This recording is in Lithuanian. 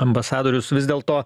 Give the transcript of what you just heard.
ambasadorius vis dėlto